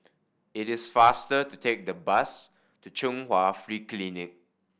it is faster to take the bus to Chung Hwa Free Clinic